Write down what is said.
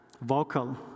Vocal